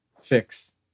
Fix